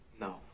No